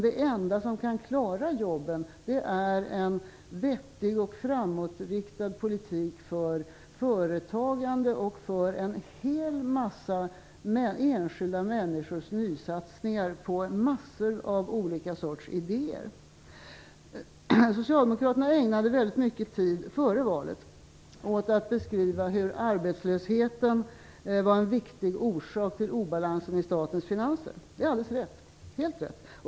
Det enda som kan klara jobben är en vettig och framåtriktad politik för företagande och för en hel mängd enskilda människors nysatningar på massor av olika sorters idéer. Socialdemokraterna ägnade före valet väldigt mycket tid åt att beskriva att arbetslösheten var en viktig orsak till obalansen i statens finanser. Det är helt riktigt.